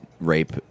Rape